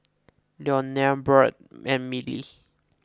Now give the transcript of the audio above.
Leonore Budd and Mylee